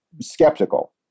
skeptical